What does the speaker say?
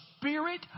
spirit